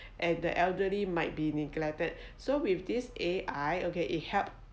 and the elderly might be neglected so with this A_I okay it helps